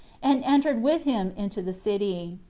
and entered with him into the city.